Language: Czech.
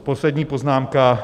Poslední poznámka.